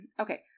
Okay